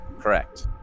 Correct